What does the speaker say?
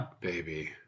Baby